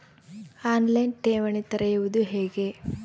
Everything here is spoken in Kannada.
ಆನ್ ಲೈನ್ ಠೇವಣಿ ತೆರೆಯುವುದು ಹೇಗೆ?